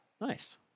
Nice